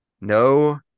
No